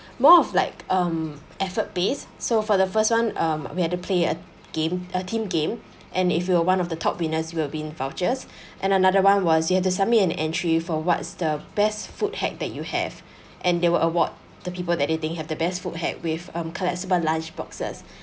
more of like um effort pays so for the first one um we had to play a game a team game and if you were one of the top winners you will win vouchers and another one was you had to submit an entry for what's the best food hack that you have and they will award the people that they think have the best food hacks with um collapsible lunch boxes